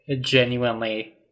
genuinely